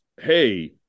hey